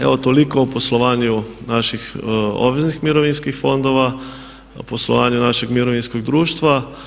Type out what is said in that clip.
Evo toliko o poslovanju naših obveznih mirovinskih fondova, poslovanju našeg mirovinskog društva.